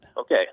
Okay